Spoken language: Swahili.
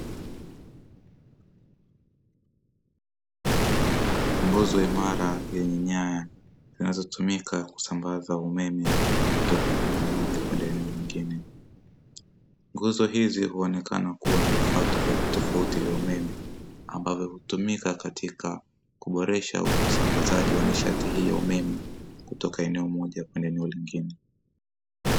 Nguzo imara yenye nyaya zinazotumika kusambaza umeme kutoka eneo moja kwenda eneo lingine. Nguzo hizi huonekana kuwa na vifaa tofauti tofauti vya umeme ambavyo hutumika katika kuboresha usambazaji wa nishati hii ya umeme kutoka eneo moja kwenda eneo lingine.